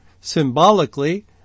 Symbolically